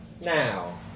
Now